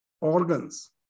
organs